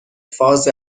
فاز